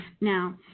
Now